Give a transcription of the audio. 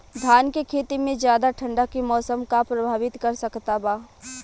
धान के खेती में ज्यादा ठंडा के मौसम का प्रभावित कर सकता बा?